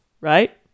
right